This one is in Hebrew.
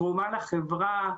תרומה לחברה.